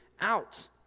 out